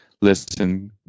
listen